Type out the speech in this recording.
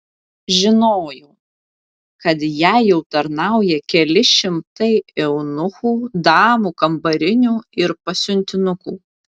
žinojau kad jai jau tarnauja keli šimtai eunuchų damų kambarinių ir pasiuntinukų